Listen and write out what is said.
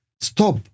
Stop